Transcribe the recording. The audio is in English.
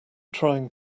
trying